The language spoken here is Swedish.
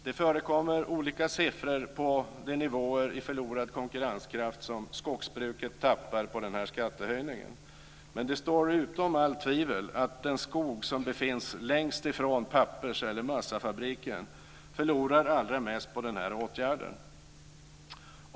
Det förekommer olika siffror på de nivåer i förlorad konkurrenskraft som skogsbruket tappar på den här skattehöjningen, men det står utom allt tvivel att den skog som befinns längst ifrån pappers eller massafabriken förlorar allra mest på den här åtgärden.